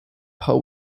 poe